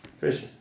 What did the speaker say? Precious